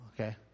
okay